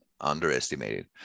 underestimated